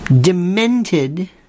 demented